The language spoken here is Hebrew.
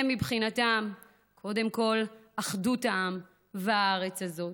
הם מבחינתם קודם כול אחדות העם והארץ הזאת.